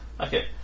Okay